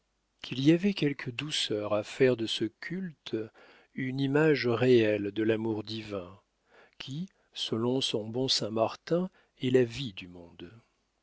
qu'il y avait quelque douceur à faire de ce culte une image réelle de l'amour divin qui selon son bon saint-martin est la vie du monde